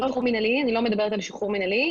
אני לא מדברת על שחרור מינהלי.